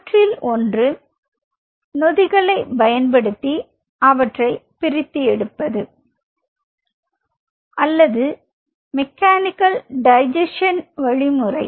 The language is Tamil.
அவற்றில் ஒன்று நொதிகளை பயன்படுத்தி அவற்றை பிரித்து எடுப்பது அல்லது மெக்கானிக்கல் டைஜஸ்சன் வழிமுறை